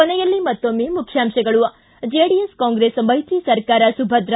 ಕೊನೆಯಲ್ಲಿ ಮತ್ತೊಮ್ನೆ ಮುಖ್ಯಾಂಶಗಳು ಿ ಜೆಡಿಎಸ್ ಕಾಂಗೆಸ್ ಮೈತ್ರಿ ಸರಕಾರ ಸುಭದ್ರ